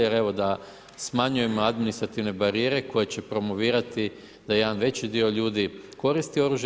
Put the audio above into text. Jer evo da smanjujemo administrativne barijere koje će promovirati da jedan veći dio ljudi koristi oružja.